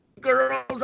girls